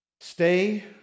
Stay